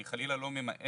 אני חלילה לא ממעט